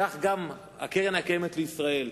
כך גם קרן קיימת לישראל,